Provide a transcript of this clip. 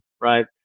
right